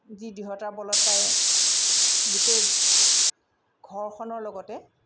যি দৃঢ়তাৰ বলত তাই গোটেই ঘৰখনৰ লগতে